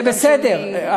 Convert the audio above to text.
זה בסדר,